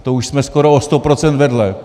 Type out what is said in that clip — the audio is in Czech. To už jsme skoro o 100 % vedle.